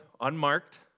unmarked